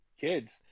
kids